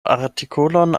artikolon